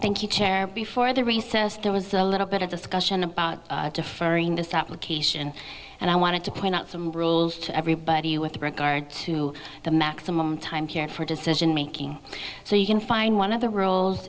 recess a little bit of discussion about deferring this application and i wanted to point out some rules to everybody with regard to the maximum time here for decision making so you can find one of the roles